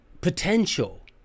potential